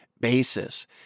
basis